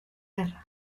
guerra